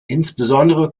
insbesondere